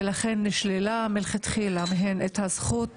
ולכן נשללה מהן מלכתחילה הזכות